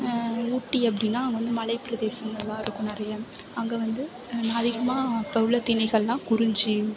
ஊட்டி அப்படினா அது வந்து மலைப்பிரதேசமெலாம் இருக்கும் நிறையா அங்கே வந்து அதிகமாக இப்போ உள்ள திணைகளெலாம் குறிஞ்சி